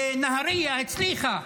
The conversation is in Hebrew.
בנהריה הצליחה.